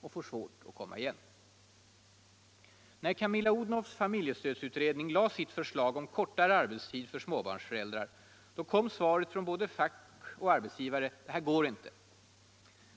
och får svårt att komma igen. Då Camilla Odhnoffs familjestödsutredning lade fram sitt förslag om kortare arbetstid för småbarnsföräldrar kom svaret från både fack och arbetsgivare: det här går inte.